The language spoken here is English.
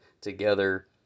together